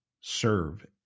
serve